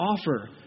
offer